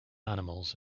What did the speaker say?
animals